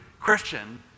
Christian